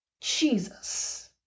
Jesus